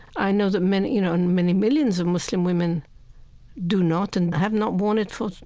i know that many you know, and many millions of muslim women do not and have not worn it for,